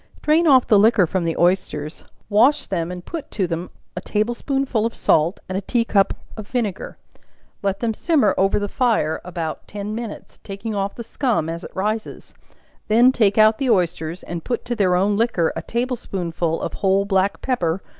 drain off the liquor from the oysters, wash them and put to them a table-spoonful of salt, and a tea-cup of vinegar let them simmer over the fire about ten minutes, taking off the scum as it rises then take out the oysters, and put to their own liquor a table-spoonful of whole black pepper,